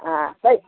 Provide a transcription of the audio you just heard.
हाँ सही